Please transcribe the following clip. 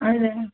हजुर